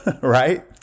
right